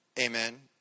amen